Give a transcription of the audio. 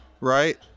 right